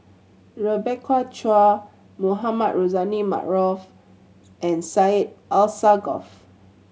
Rebecca Chua Mohamed Rozani Maarof and Syed Alsagoff